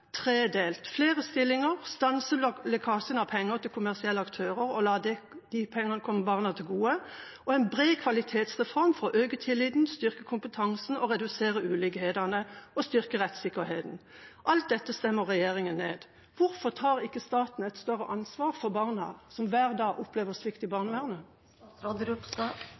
tredelt: flere stillinger, stanse lekkasjen av penger til kommersielle aktører og la de pengene komme barna til gode, og en bred kvalitetsreform for å øke tilliten, styrke kompetansen og redusere ulikhetene og styrke rettssikkerheten. Alt dette stemmer regjeringa ned. Hvorfor tar ikke staten et større ansvar for barna som hver dag opplever svikt i